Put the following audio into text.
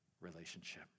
relationship